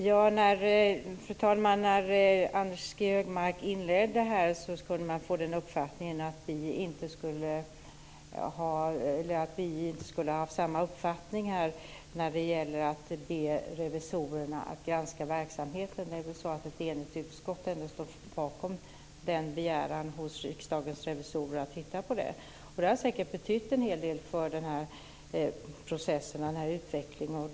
Fru talman! När Anders G Högmark inledde sitt anförande kunde man få den uppfattningen att vi inte skulle ha samma uppfattning om att be revisorerna att granska verksamheten. Det är ändå så att ett enigt utskott står bakom begäran att Riksdagens revisorer ska titta på det. Det har säkert betytt en hel del för processen och utvecklingen.